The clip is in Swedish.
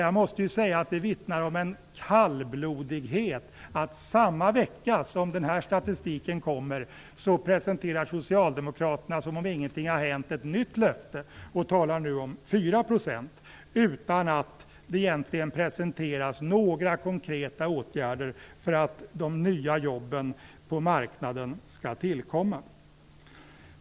Jag måste säga att det vittnar om en kallblodighet att Socialdemokraterna, samma vecka som denna statistik kommer, presenterar ett nytt löfte som om ingenting har hänt och talar om 4 % utan att det egentligen presenteras några konkreta åtgärder för att de nya jobben på marknaden skall tillkomma.